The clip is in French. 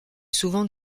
souvent